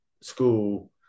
school